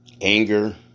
anger